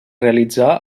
realitzà